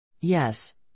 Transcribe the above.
Yes